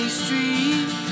street